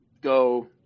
go